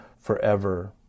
forever